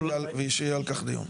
ושיהיה על כך דיון.